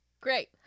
Great